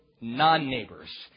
non-neighbors